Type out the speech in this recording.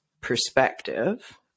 perspective